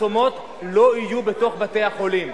לא יהיו בתוך בתי-החולים.